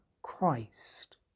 christ